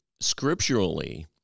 scripturally